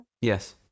Yes